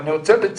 תודה רבה.